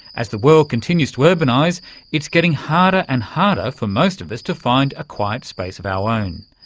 as the world continues to urbanise, it's getting harder and harder for most of us to find a quiet space of our own.